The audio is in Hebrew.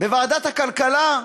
בוועדת הכלכלה,